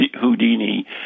Houdini